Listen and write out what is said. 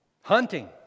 hunting